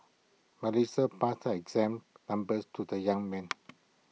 Melissa passed her exam numbers to the young man